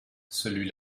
celui